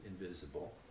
invisible